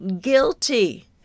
guilty